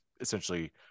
essentially